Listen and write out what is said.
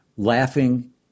laughing